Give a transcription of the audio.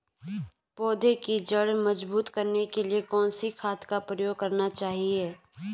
पौधें की जड़ मजबूत करने के लिए कौन सी खाद का प्रयोग करना चाहिए?